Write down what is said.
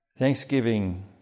Thanksgiving